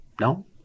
No